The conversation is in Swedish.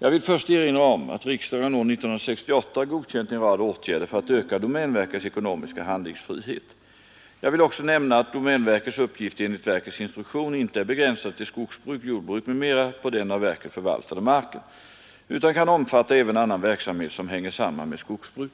Jag vill först erinra om att riksdagen år 1968 godkänt en rad åtgärder för att öka domänverkets ekonomiska handlingsfrihet. Jag vill också nämna att domänverkets uppgifter enligt verkets instruktion inte är begränsade till skogsbruk, jordbruk m.m. på den av verket förvaltade marken utan kan omfatta även annan verksamhet som hänger samman med skogsbruk.